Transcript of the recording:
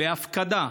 להפקדה.